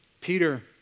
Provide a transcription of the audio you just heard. Peter